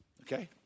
Okay